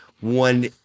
one